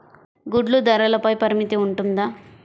గుడ్లు ధరల పై పరిమితి ఉంటుందా?